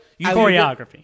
Choreography